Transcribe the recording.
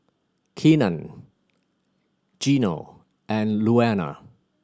Keenan Gino and Louanna